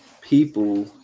people